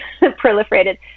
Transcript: proliferated